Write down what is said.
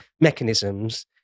mechanisms